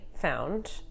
found